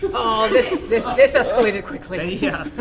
this this escalated quickly. yeah